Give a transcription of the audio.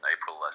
April